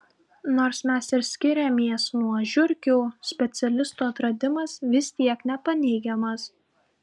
nors mes ir skiriamės nuo žiurkių specialistų atradimas vis tiek nepaneigiamas